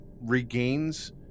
regains